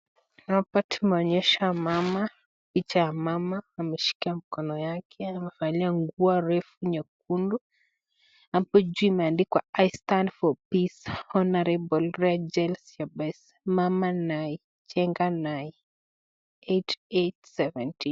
Hapa tumeonyeshwa mama, picha ya mama ameshika mkono yake, amevalia nguo refu nyekundu. Hapo juu imeandikwa I stand for peace . Honorable Rachel Shebesh. Mama na yeye, chenga na yeye. 8817.